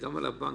גם על הבנקים.